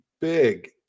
big